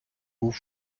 був